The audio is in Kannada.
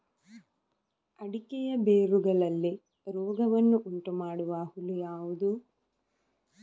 ಅಡಿಕೆಯ ಬೇರುಗಳಲ್ಲಿ ರೋಗವನ್ನು ಉಂಟುಮಾಡುವ ಹುಳು ಯಾವುದು?